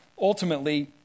ultimately